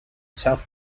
south